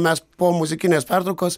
mes po muzikinės pertraukos